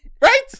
Right